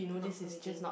not everything